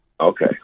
okay